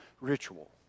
ritual